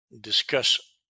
discuss